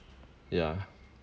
ya